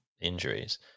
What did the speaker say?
injuries